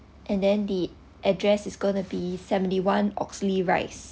and then the address is gonna be seventy one oxley rice